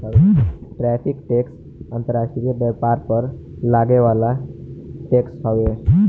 tariff tax अंतर्राष्ट्रीय व्यापार पर लागे वाला टैक्स हवे